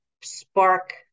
spark